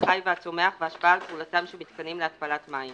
החי והצומח והשפעה על פעולתם של מיתקנים להתפלת מים